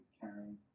carrying